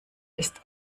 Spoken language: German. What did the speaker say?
ist